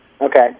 Okay